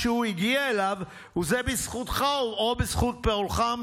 שהוא הגיע אליו זה בזכותך או בזכות פועלך".